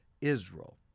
Israel